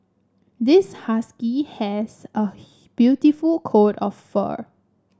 this husky has a beautiful coat of fur